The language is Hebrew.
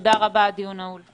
תודה רבה, הדיון נעול.